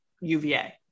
UVA